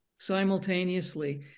simultaneously